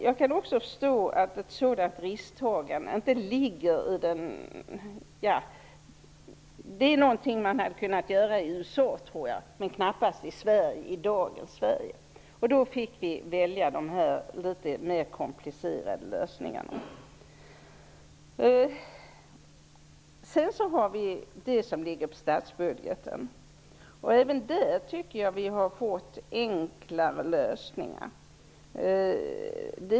Jag kan förstå att ett sådant risktagande är någonting som man har kunnat göra i USA, men det går knappast i dagens Sverige. Därför fick vi välja de här litet mera komplicerade lösningarna. När det gäller det som hör till statsbudgeten tycker jag att vi har fått enklare lösningar.